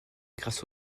grâce